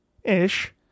ish